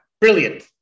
Brilliant